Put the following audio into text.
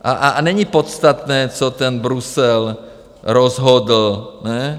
A není podstatné, co ten Brusel rozhodl, ne?